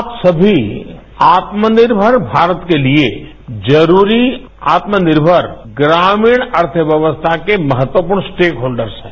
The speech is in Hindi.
आप सभी आत्मनिर्भर भारत के लिए जरूरी आत्मनिर्भर ग्रामीण अर्थव्यवस्था के महत्व को स्टाक होल्डर्स हैं